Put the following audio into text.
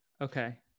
Okay